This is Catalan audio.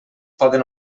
poden